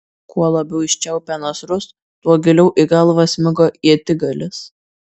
kuo labiau jis čiaupė nasrus tuo giliau į galvą smigo ietigalis